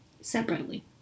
separately